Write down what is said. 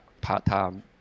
part-time